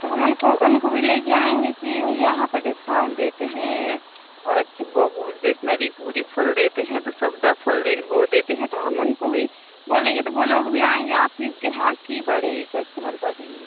तो हम उनको उनको भी लेकर आएँगे कि भैया यहाँ पर डिस्काउंट देते हैं और अच्छी बो वो डिसनरी पूरी फुल देते हैं तो सबदा फुल वो देते हैं तो हम उनको भी बोलेंगे तो वो लोग भी आएँगे आपकी ग्राहकी बढ़ेगी कस्टमर बढ़ेंगे